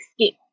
skip